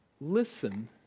Listen